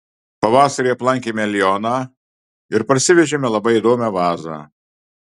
pavasarį aplankėme lioną ir parsivežėme labai įdomią vazą